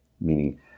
meaning